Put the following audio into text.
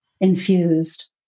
infused